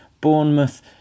Bournemouth